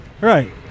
Right